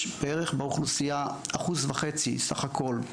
יש בערך באוכלוסייה אחוז וחצי סך הכל,